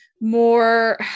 more